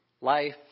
life